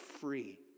free